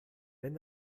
wenn